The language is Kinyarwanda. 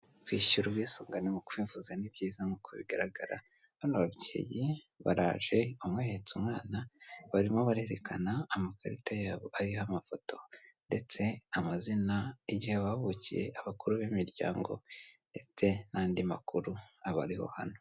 Kwishyura ubwisungane mu kwivuza ni byiza nk'uko bigaragara. Bano babyeyi baraje umwe ahetse umwana barimo barerekana amakarita yabo ariho amafoto, ndetse amazina, igihe bavukiye, abakuru b'imiryango, ndetse n'andi makuru aba ariho hano.